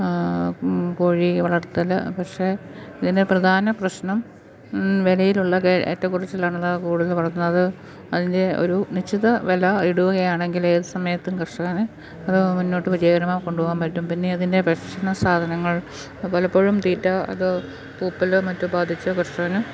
കോഴിവളർത്തല് പക്ഷെ ഇതിൻറ്റെ പ്രധാന പ്രശ്നം വിലയിലുള്ള ഏറ്റക്കുറച്ചിലാണ് വളർത്തുന്നത് അതിൻറ്റെ ഒരു നിശ്ച്ചിത വില ഇടുകയാണെങ്കിൽ ഏതു സമയത്തും കർഷകന് അത് മുന്നോട്ടു വിജയകരമായി കൊണ്ടുപോകാന് പറ്റും പിന്നെ അതിൻറ്റെ പേഴ്സണൽ സാധനങ്ങൾ പലപ്പോഴും തീറ്റ അത് പൂപ്പലും മറ്റും ബാധിച്ച് കർഷകന്